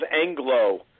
Anglo